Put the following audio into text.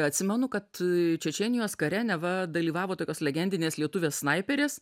atsimenu kad čečėnijos kare neva dalyvavo tokios legendinės lietuvės snaiperės